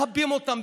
מכבים אותן,